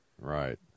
Right